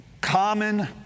common